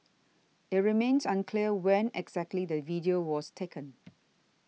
it remains unclear when exactly the video was taken